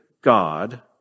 God